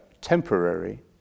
temporary